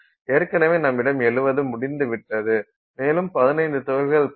ஏற்கனவே நம்மிடம் 70 முடிந்துவிட்டது மேலும் 15 துகள்கள் 0